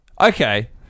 Okay